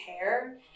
hair